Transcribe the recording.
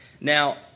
Now